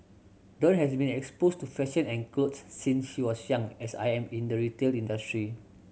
dawn has been exposed to fashion and clothes since she was young as I am in the retail industry